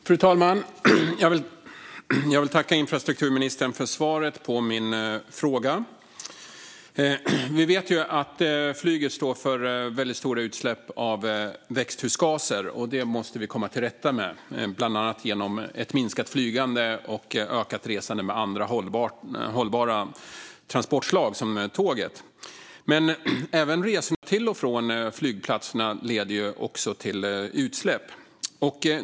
Fru talman! Jag vill tacka infrastrukturministern för svaret på min fråga. Vi vet att flyget står för väldigt stora utsläpp av växthusgaser, och det måste vi komma till rätta med, bland annat genom ett minskat flygande och ett ökat resande med andra, hållbara transportslag som tåget. Men även resorna till och från flygplatserna leder till utsläpp.